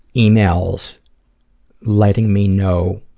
emails letting me know